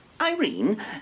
Irene